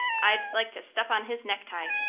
i'd like to step on his necktie.